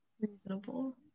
reasonable